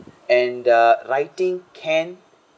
and uh writing can